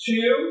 Two